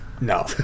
no